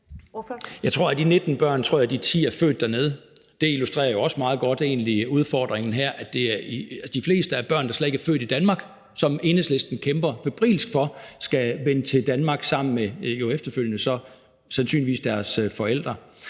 børn tror jeg de 10 er født dernede. Det illustrerer jo egentlig også meget godt udfordringen her, i forhold til at de fleste af børnene, som Enhedslisten kæmper febrilsk for skal komme til Danmark sammen med – jo så efterfølgende – sandsynligvis deres forældre,